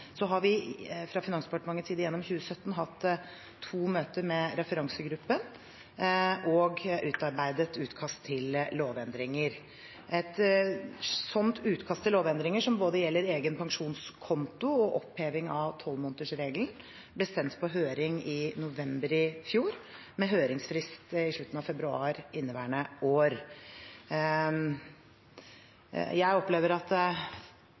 Så har vi fra Finansdepartementets side gjennom 2017 hatt to møter med referansegruppen og har utarbeidet utkast til lovendringer. Et slikt utkast til lovendringer, som gjelder både egen pensjonskonto og oppheving av tolvmånedersregelen, ble sendt på høring i november i fjor, med høringsfrist i slutten av februar inneværende år. Jeg opplever at